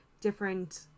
different